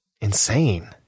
insane